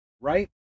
right